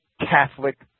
Catholic